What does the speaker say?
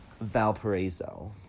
Valparaiso